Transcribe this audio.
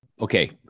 Okay